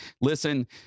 listen